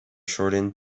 shortened